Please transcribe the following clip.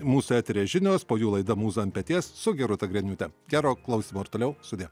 mūsų eteryje žinios po jų laida mūza ant peties su gerūta griniūte gero klausymo ir toliau sudie